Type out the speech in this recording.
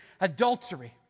Adultery